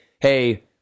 hey